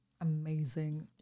amazing